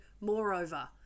moreover